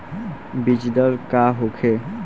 बीजदर का होखे?